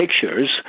pictures